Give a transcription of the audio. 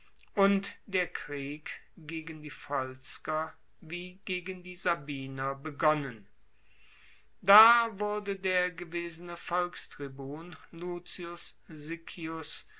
und der krieg gegen die volsker wie gegen die sabiner begonnen da wurde der gewesene volkstribun lucius